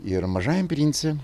ir mažajam prince